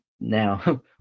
now